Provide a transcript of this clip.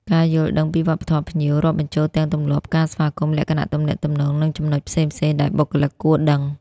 ការយល់ដឹងពីវប្បធម៌ភ្ញៀវ រាប់បញ្ចូលទាំងទម្លាប់ ការស្វាគមន៍ លក្ខណៈទំនាក់ទំនង និងចំណុចផ្សេងៗដែលបុគ្គលិកគួរដឹង។